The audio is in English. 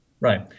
right